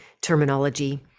terminology